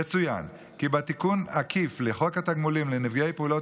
יצוין כי בתיקון עקיף לחוק התגמולים לנפגעי פעולות